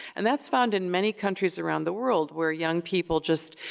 and that's found in many countries around the world where young people just,